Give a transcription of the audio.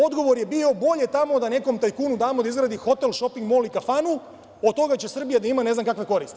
Odgovor je bio – bolje tamo da nekom tajkunu damo da izgradi hotel, šoping mol i kafanu, od toga će Srbija da ima ne znam kakve koristi.